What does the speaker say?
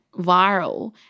viral